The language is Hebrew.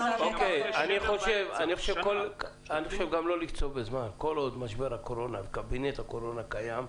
כל זמן שקבינט הקורונה קיים,